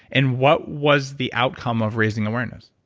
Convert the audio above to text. and what was the outcome of raising awareness?